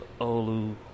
Olu